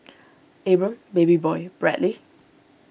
Abram Babyboy Bradley